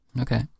Okay